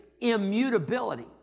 immutability